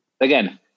again